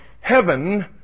heaven